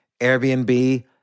Airbnb